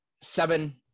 seven